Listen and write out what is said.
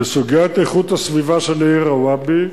לסוגיית איכות הסביבה של העיר רוואבי,